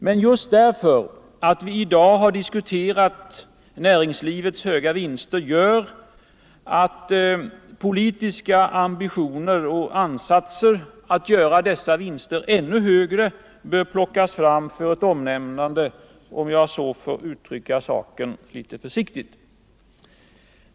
Men just det förhållandet att vi i dag har diskuterat näringslivets höga vinster gör att politiska ambitioner och ansatser att framställa dessa vinster som ännu högre bör plockas fram för ett omnämnande, om jag så litet försiktigt får uttrycka saken.